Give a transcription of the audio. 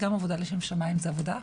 גם עבודה לשם שמיים זו עבודה.